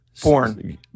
porn